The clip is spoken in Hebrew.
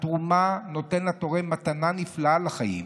התרומה נותנת לתורם מתנה נפלאה לחיים,